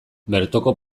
bertoko